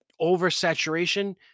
oversaturation